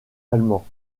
allemands